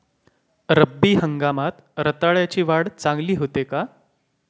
रब्बी हंगामात रताळ्याची वाढ चांगली होते का?